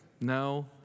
No